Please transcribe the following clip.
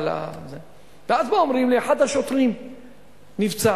אז אומרים לי: אחד השוטרים נפצע.